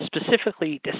specifically